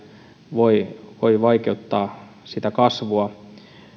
voi voi vaikeuttaa sitä kasvua